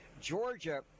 Georgia